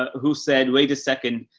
who said, wait a second,